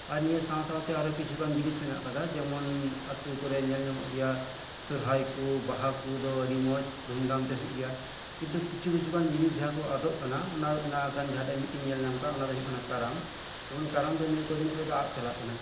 ᱟᱨ ᱱᱤᱭᱟ ᱥᱟᱶ ᱥᱟᱶᱛᱮ ᱠᱤᱪᱷᱩᱜᱟᱱ ᱡᱤᱱᱤᱥ ᱦᱮᱱᱟᱜ ᱟᱠᱟᱫᱟ ᱡᱮᱢᱚᱱ ᱟᱛᱩ ᱠᱚᱨᱮ ᱧᱮᱞ ᱧᱟᱢᱚᱜ ᱜᱮᱭᱟ ᱥᱚᱦᱨᱟᱭ ᱠᱚ ᱵᱟᱦᱟ ᱠᱚᱫᱚ ᱟᱰᱤ ᱢᱚᱸᱡᱽ ᱫᱷᱩᱢ ᱫᱷᱟᱢ ᱛᱮ ᱦᱳᱭᱳᱜ ᱜᱮᱭᱟ ᱠᱤᱱᱛᱩ ᱠᱤᱪᱷᱩ ᱠᱤᱪᱷᱩ ᱜᱟᱱ ᱡᱤᱱᱤᱥ ᱡᱟᱦᱟᱸ ᱠᱚ ᱟᱫᱚᱜ ᱠᱟᱱᱟ ᱚᱟᱱ ᱚᱱᱟ ᱠᱟᱱ ᱡᱟᱦᱟᱸᱴᱟᱜ ᱢᱤᱫ ᱴᱤᱱ ᱧᱮᱞ ᱧᱟᱢ ᱠᱟᱜ ᱚᱱᱟ ᱫᱚ ᱦᱳᱭᱳᱜ ᱠᱟᱱᱟ ᱠᱟᱨᱟᱢ ᱡᱮᱢᱚᱱ ᱠᱟᱨᱟᱢ ᱫᱚ ᱱᱤᱭᱟᱹ ᱠᱚᱫᱤᱱ ᱠᱷᱚᱱ ᱫᱚ ᱟᱫ ᱪᱟᱞᱟᱜ ᱠᱟᱱᱟ